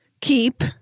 Keep